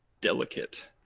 delicate